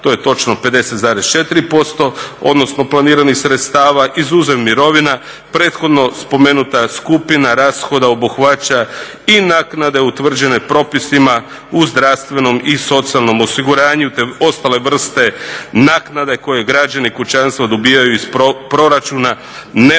To je točno 50,4% odnosno planiranih sredstava izuzev mirovina. Prethodno spomenuta skupina rashoda obuhvaća i naknade utvrđene propisima u zdravstvenom i socijalnom osiguranju, te ostale vrste naknade koje građani, kućanstva dobivaju iz proračuna neovisno